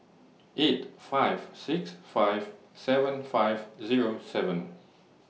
eight five six five seven five Zero seven